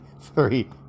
three